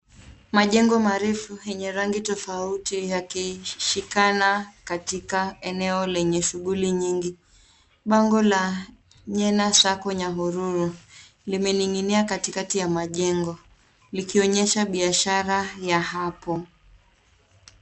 Majengo marefu yenye rangi tofauti yakishikana katika eneo lenye shughuli nyingi. Bango la Nyena Sacco Nyahururu limening'inia katikati ya majengo likionyesha biashara ya hapo.